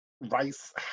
Rice